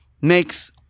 makes